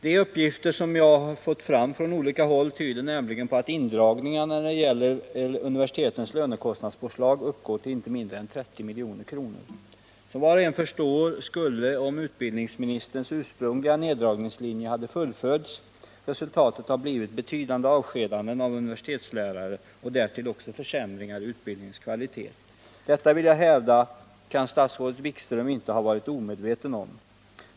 De uppgifter som jag har fått fram från olika håll tyder nämligen på att indragningarna när det gäller universitetens lönekostnadspåslag uppgår till inte mindre än 30 milj.kr. Som var och en förstår skulle, om utbildningsministerns ursprungliga neddragningslinje hade fullföljts, resultatet ha blivit betydande avskedanden av universitetslärare och även försämringar i utbildningens kvalitet. Detta, vill jag hävda, kan statsrådet Wikström inte'ha varit omedveten om.